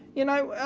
you know,